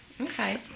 okay